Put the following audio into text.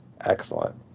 excellent